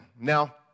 Now